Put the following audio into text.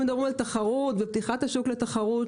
מדברים על תחרות ועל פתיחת השוק לתחרות,